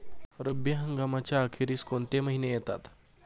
रब्बी हंगामाच्या अखेरीस कोणते महिने येतात?